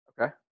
okay